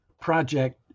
project